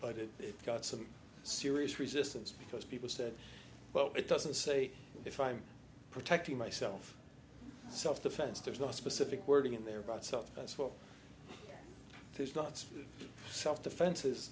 but it got some serious resistance because people said well it doesn't say if i'm protecting myself self defense there's no specific wording in there but so that's what there's lots of self defense is